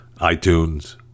iTunes